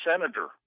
senator